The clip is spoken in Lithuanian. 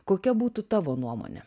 kokia būtų tavo nuomonė